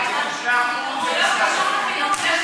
אבל יש פה, אבל היא לא המציעה.